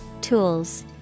Tools